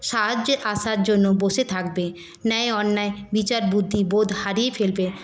সাহায্যের আশার জন্য বসে থাকবে ন্যায় অন্যায় বিচার বুদ্ধি বোধ হারিয়ে ফেলবে